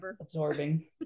absorbing